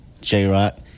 J-Rock